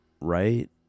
right